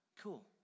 cool